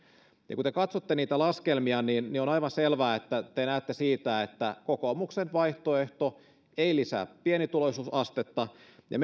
ja kun te katsotte niitä laskelmia niin niin on aivan selvää että te näette siitä että kokoomuksen vaihtoehto ei lisää pienituloisuusastetta ja